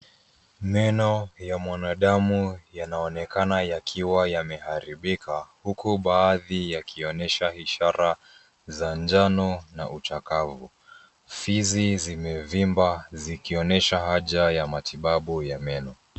Meno ya mwanadamu yanaonekana yakiwa yameharibika, huku baadhi yakionyesha ishara za njano na uchakavu. Fizi zimevimba zikionyesha haja ya matibabu ya meno.